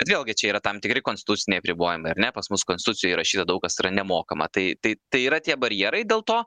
bet vėlgi čia yra tam tikri konstituciniai apribojimai ar ne pas mus konstitucijoj įrašyta daug kas yra nemokama tai tai tai yra tie barjerai dėl to